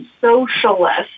socialist